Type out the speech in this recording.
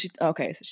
okay